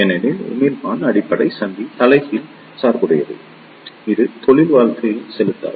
ஏனெனில் உமிழ்ப்பான் அடிப்படை சந்திப்பு தலைகீழ் சார்புடையது இது தொழில் வாழ்க்கையை செலுத்தாது